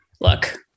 look